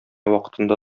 вакытында